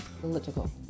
Political